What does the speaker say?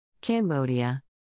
Cambodia